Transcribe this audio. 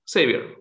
Savior